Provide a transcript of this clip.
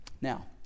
Now